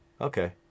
Okay